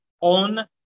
on